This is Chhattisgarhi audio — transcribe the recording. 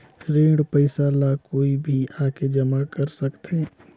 ऋण पईसा ला कोई भी आके जमा कर सकथे?